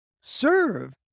serve